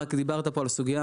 רק דיברת פה על הסוגיה,